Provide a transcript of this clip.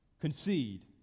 concede